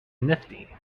nifty